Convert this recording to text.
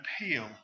appeal